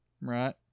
Right